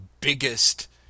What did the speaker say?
biggest